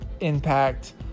impact